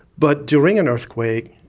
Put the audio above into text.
but during an earthquake,